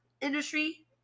industry